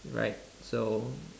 right so